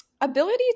Ability